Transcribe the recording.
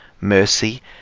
mercy